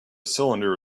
cylinder